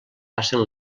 passen